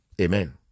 Amen